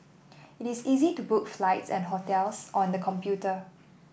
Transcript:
it is easy to book flights and hotels on the computer